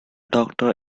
doctor